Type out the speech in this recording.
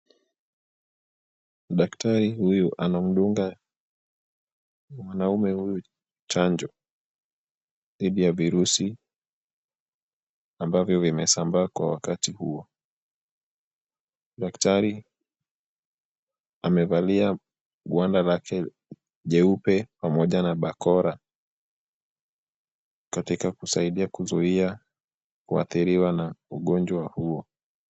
Daktari huyu anamdunga mwanamume huyu chanjo dhidi ya virusi ambavyo vimesambaa kwa wakati huo. Daktari amevalia gwanda lake jeupe pamoja na bakora katika kusaidia kuzuia kuathiriwa na ugonjwa huo.